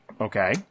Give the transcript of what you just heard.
Okay